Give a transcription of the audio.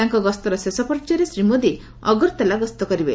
ତାଙ୍କ ଗସ୍ତର ଶେଷ ପର୍ଯ୍ୟାୟରେ ଶ୍ରୀ ମୋଦି ଅଗରତାଲା ଗସ୍ତ କରିବେ